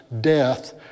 death